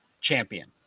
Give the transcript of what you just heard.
champion